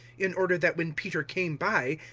in order that when peter came by,